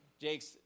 jake's